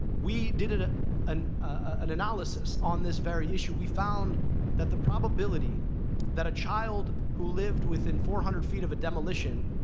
we did an an analysis on this very issue. we found that the probability that a child who lived within four hundred feet of a demolition